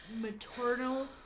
maternal